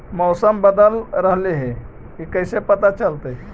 मौसम बदल रहले हे इ कैसे पता चलतै?